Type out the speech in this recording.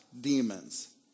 demons